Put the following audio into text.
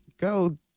go